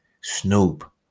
Snoop